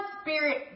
spirit